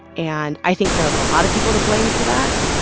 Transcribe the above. and i think there are a lot of people to blame for that,